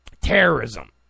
terrorism